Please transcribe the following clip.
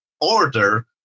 order